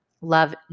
Love